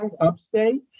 upstate